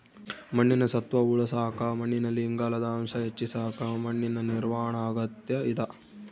ಮಣ್ಣಿನ ಸತ್ವ ಉಳಸಾಕ ಮಣ್ಣಿನಲ್ಲಿ ಇಂಗಾಲದ ಅಂಶ ಹೆಚ್ಚಿಸಕ ಮಣ್ಣಿನ ನಿರ್ವಹಣಾ ಅಗತ್ಯ ಇದ